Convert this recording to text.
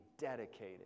dedicated